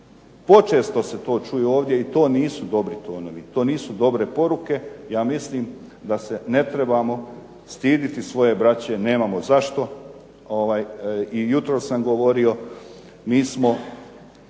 Počesto se to čuje ovdje i to nisu dobri tonovi, to nisu dobre poruke. Ja mislim da se ne trebamo stidjeti svoje braće, nemamo zašto. I jutros sam govorio mi smo